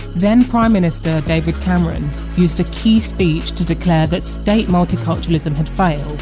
then prime minister david cameron used a key speech to declare that state multiculturalism had failed,